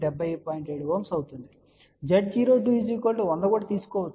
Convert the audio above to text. మనం Z02 100 తీసుకోవచ్చు